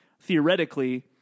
theoretically